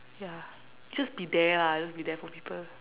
ya just be there lah just be there for people